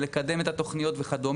לקדם את התוכניות וכד'